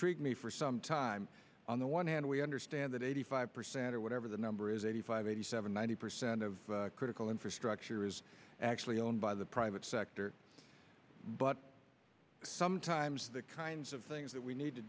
intrigued me for some time on the one hand we understand that eighty five percent or whatever the number is eighty five eighty seven ninety percent of critical infrastructure is actually owned by the private sector but sometimes the kinds of things that we need to